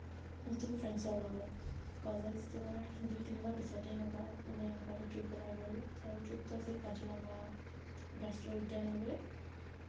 নতুন ফ্ৰেণ্ডজৰ লগত কলেজ যোৱাৰ দুই তিনিমাহ পিছতেই এনেকুৱা মানে এনেকুৱা এটা ট্ৰিপ ওলাই গ'ল আৰু ট্ৰিপটো আছিল কাজিৰঙা ৰাষ্ট্ৰীয় উদ্যানলৈ